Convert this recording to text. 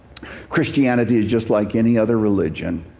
christianity is just like any other religion.